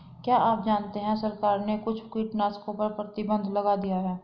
क्या आप जानते है सरकार ने कुछ कीटनाशकों पर प्रतिबंध लगा दिया है?